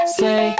say